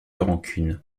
rancune